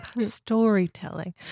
Storytelling